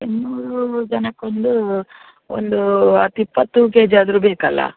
ಇನ್ನೂರು ಜನಕ್ಕೊಂದು ಒಂದು ಹತ್ತು ಇಪ್ಪತ್ತು ಕೆ ಜಿ ಆದರು ಬೇಕಲ್ಲ